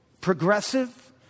progressive